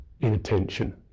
inattention